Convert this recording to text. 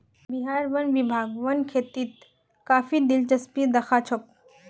बिहार वन विभाग वन खेतीत काफी दिलचस्पी दखा छोक